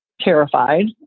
terrified